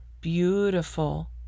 beautiful